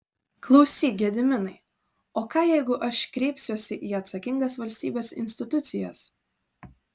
klausyk gediminai o ką jeigu aš kreipsiuosi į atsakingas valstybės institucijas